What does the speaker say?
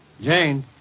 Jane